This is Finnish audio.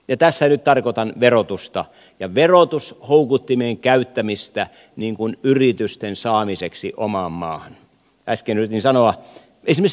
ja tässä nyt tarkoitan verotusta verotushoukuttimien käyttämistä yritysten saamiseksi omaan maahan äsken yritin sanoa esimerkiksi belgiaan